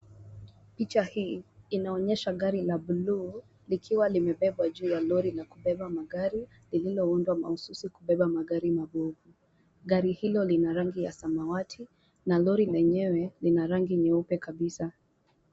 Picha hii inaonyesha gari la buluu likiwa limebebwa juu ya lori la kubeba magari lililoundwa mahususi kwa kubeba magari mabovu. Gari hilo lina rangi ya samawati na lori lenyewe lina rangi nyeupe kabisa.